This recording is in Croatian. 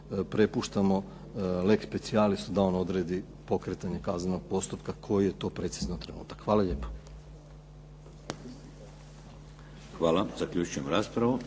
prepuštamo lex specialis da on odredi pokretanje kaznenog postupka, koji je to precizno trenutak. Hvala lijepo. **Šeks, Vladimir